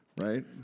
Right